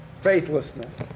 Faithlessness